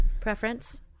Preference